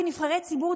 כנבחרי ציבור,